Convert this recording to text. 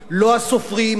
לא היוצרים,